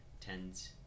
Tens